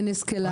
אין אסקלציה.